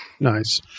Nice